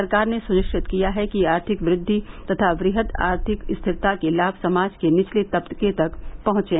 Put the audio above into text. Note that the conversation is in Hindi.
सरकार ने सुनिश्चित किया है कि आर्थिक वृद्वि तथा बृहत आर्थिक स्थिरता के लाभ समाज के निचले तबके तक पहुंचे